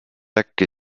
äkki